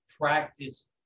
practice